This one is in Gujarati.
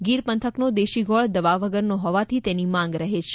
ગીર પંથકનો દેશી ગોળ દવા વગરના હોવાથી તેની માંગ રહે છે